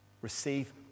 receive